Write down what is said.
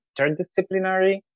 interdisciplinary